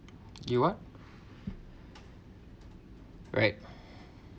you what right